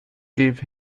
gave